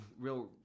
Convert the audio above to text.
real